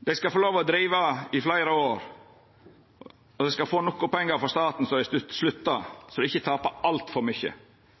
dei skal få lov til å driva i fleire år, og dei skal få nok av pengar frå staten når dei sluttar, slik at dei ikkje taper altfor mykje.